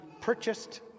purchased